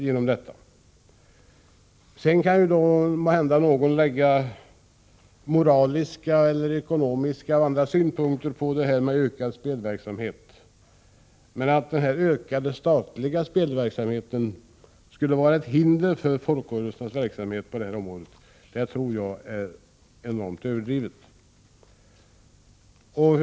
Sedan kan måhända någon anlägga moraliska, ekonomiska eller andra synpunkter på denna ökade spelverksamhet, men att den ökade statliga spelverksamheten skulle vara ett hinder för folkrörelsernas verksamhet på detta område tror jag är en enorm överdrift.